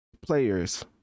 players